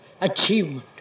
achievement